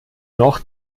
noch